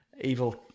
Evil